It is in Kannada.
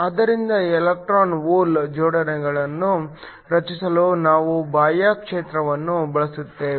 ಆದ್ದರಿಂದ ಎಲೆಕ್ಟ್ರಾನ್ ಹೋಲ್ ಜೋಡಿಗಳನ್ನು ರಚಿಸಲು ನಾವು ಬಾಹ್ಯ ಕ್ಷೇತ್ರವನ್ನು ಬಳಸುತ್ತೇವೆ